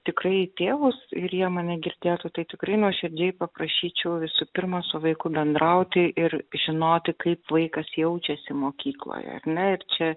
tikrai į tėvus ir jie mane girdėtų tai tikrai nuoširdžiai paprašyčiau visų pirma su vaiku bendrauti ir žinoti kaip vaikas jaučiasi mokykloje ar ne ir čia